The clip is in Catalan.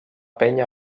penya